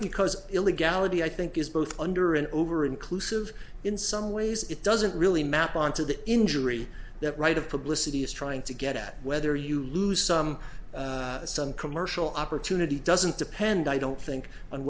because illegality i think is both under and over inclusive in some ways it doesn't really map on to the injury that right of publicity is trying to get whether you lose some son commercial opportunity doesn't depend i don't think on